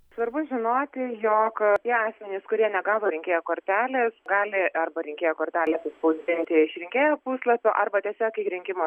svarbu žinoti jog tie asmenys kurie negavo rinkėjo kortelės gali arba rinkėjo kortelę atsispausdinti iš rinkėjo puslapio arba tiesiog į rinkimų